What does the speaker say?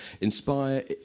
inspire